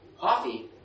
coffee